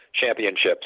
championships